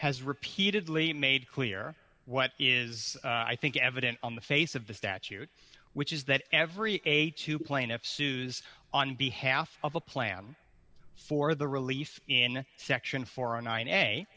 has repeatedly made clear what is i think evident on the face of the statute which is that every eight to plaintiff sues on behalf of a plan for the relief in section four a nine